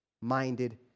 minded